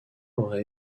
aurait